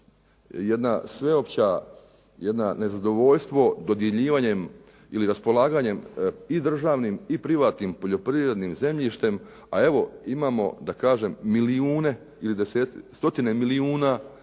jedna sveopća, jedno nezadovoljstvo dodjeljivanjem ili raspolaganjem i državnim, i privatnim poljoprivrednim zemljištem. A evo, imamo da kažem milijune ili stotine milijuna